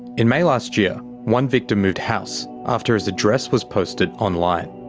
in may last year, one victim moved house after his address was posted online.